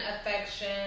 affection